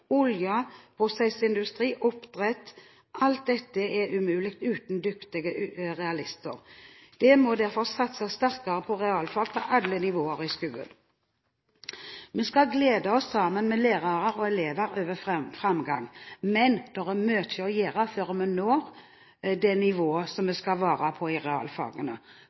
Olje, prosessindustri, oppdrett – alt dette er umulig uten dyktige realister. Det må derfor satses sterkere på realfag på alle nivåer i skolen. Vi skal glede oss sammen med lærere og elever over framgang, men det er mye å gjøre før vi når det nivået vi skal være på i realfagene.